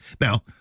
Now